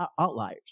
outliers